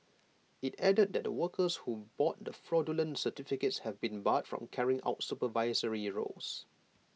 IT added that the workers who bought the fraudulent certificates have been barred from carrying out supervisory roles